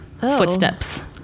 footsteps